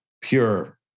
pure